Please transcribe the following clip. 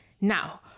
Now